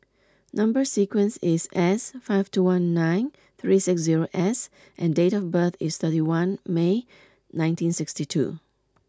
number sequence is S five four one nine three six zero S and date of birth is thirty one May nineteen sixty two